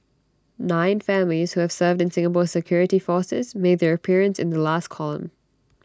nine families who have served in Singapore's security forces made their appearance in the last column